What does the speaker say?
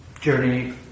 journey